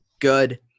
good